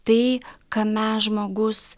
tai ką mes žmogus